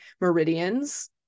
meridians